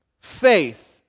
faith